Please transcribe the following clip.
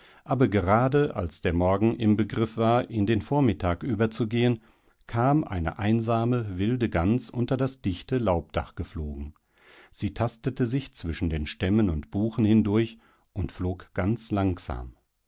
aber gerade als der morgen im begriff war in den vormittag überzugehen kam eine einsame wilde gans unter das dichte laubdach geflogen sie tastete sich zwischen den stämmen und zweigen hindurch und flog ganz langsam